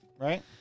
right